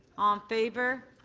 um favor.